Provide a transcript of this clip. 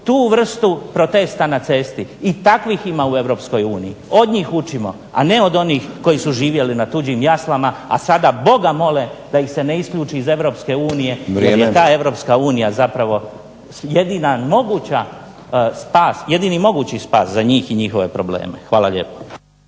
tu vrstu protesta na cesti i takvih ima u europskoj uniji, od njih učimo a ne od onih koji su živjeli na tuđim jaslama a sada Boga mole da ih se ne isključi iz Europske unije jer im je ta Europska unija na žalost jedina moguća spas za njih i njihove probleme. Hvala lijepo.